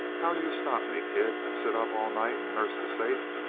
how'll you stop me, kid? sit up all night and nurse the safe?